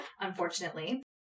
unfortunately